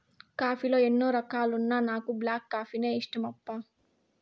coffee లో ఎన్నో రకాలున్నా నాకు బ్లాక్ కాఫీనే ఇష్టమప్పా